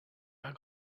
pas